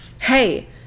hey